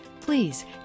Please